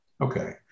Okay